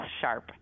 sharp